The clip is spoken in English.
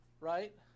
right